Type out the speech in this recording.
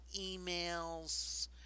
emails